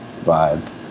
vibe